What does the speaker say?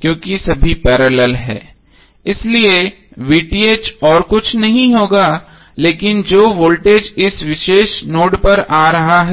क्योंकि सभी पैरेलल हैं इसलिए और कुछ नहीं होगा लेकिन जो वोल्टेज इस विशेष नोड पर आ रहा है